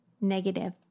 Negative